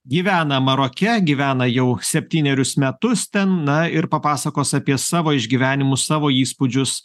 gyvena maroke gyvena jau septynerius metus ten na ir papasakos apie savo išgyvenimus savo įspūdžius